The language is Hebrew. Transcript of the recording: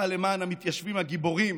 אפעל למען המתיישבים הגיבורים